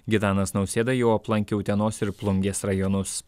gitanas nausėda jau aplankė utenos ir plungės rajonus